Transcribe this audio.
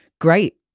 great